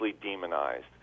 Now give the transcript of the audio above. demonized